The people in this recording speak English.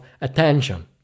attention